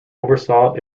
oversaw